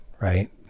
right